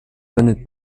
wendet